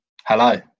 hello